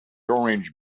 orange